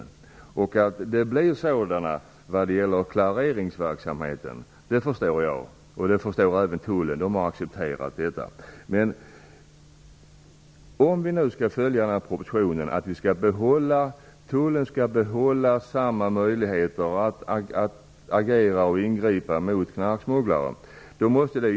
Jag förstår att det kommer att bli sådana när det gäller klareringsverksamheten, och även tullen har accepterat detta. Innebär propositionen att tullen skall få behålla nuvarande möjligheter att agera och ingripa mot knarksmugglare?